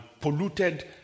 polluted